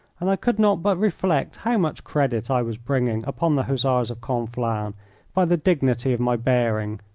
and i could not but reflect how much credit i was bringing upon the hussars of conflans by the dignity of my bearing.